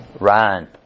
Run